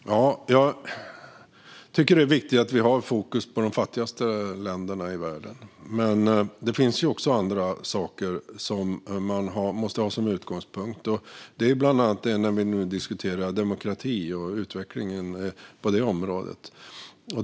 Fru talman! Jag tycker att det är viktigt att vi har fokus på de fattigaste länderna i världen. Men det finns också andra saker man måste ha som utgångspunkt, bland annat när vi diskuterar demokrati och utvecklingen på det området.